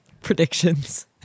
predictions